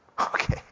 Okay